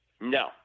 No